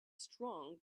strong